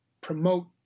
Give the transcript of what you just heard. promote